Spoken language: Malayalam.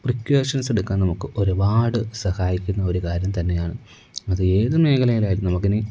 പ്രിക്വെഷൻസ് എടുക്കാൻ നമുക്ക് ഒരുപാട് സഹായിക്കുന്ന ഒരു കാര്യം തന്നെയാണ് അത് ഏത് മേഖലയിലായാലും നമുക്ക് ഇനി